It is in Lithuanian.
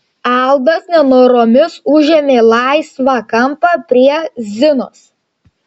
aldas nenoromis užėmė laisvą kampą prie zinos